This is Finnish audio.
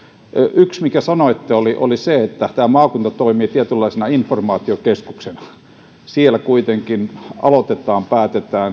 yksi minkä sanoitte oli oli se että maakunta toimii tietynlaisena informaatiokeskuksena siellä kuitenkin aloitetaan päätetään